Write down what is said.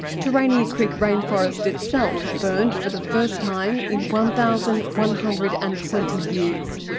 terania creek rainforest itself burned for the first time in one thousand one hundred and twenty years.